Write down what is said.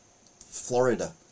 Florida